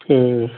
ठीक